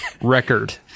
record